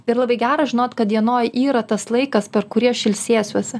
ir labai gera žinot kad dienoje yra tas laikas per kurį aš ilsėsiuosi